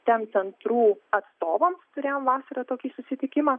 steam centrų atstovams turėjome vasarą tokį susitikimą